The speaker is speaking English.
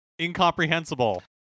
incomprehensible